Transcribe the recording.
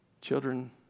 Children